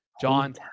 John